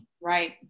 Right